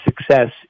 success